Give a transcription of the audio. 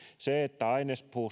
se että ainespuu